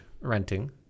renting